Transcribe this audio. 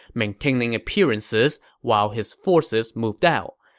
maintaining appearances while his forces moved out.